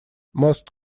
most